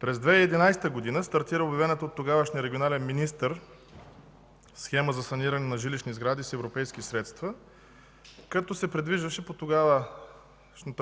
През 2011 г. стартира обявената от тогавашния регионален министър схема за саниране на жилищни сгради с европейски средства, като по тогавашната